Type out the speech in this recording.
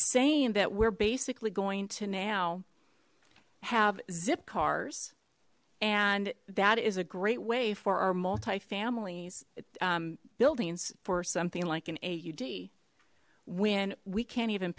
saying that we're basically going to now have zip cars and that is a great way for our multifamily buildings for something like an aud when we can't even